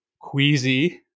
queasy